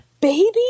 baby